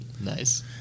Nice